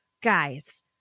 guys